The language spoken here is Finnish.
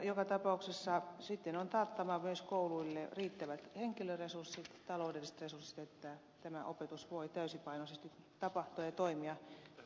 joka tapauksessa sitten on taattava myös kouluille riittävät henkilöresurssit ja taloudelliset resurssit että tämä opetus voi täysipainoisesti tapahtua ja toimia